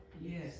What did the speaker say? Yes